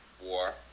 war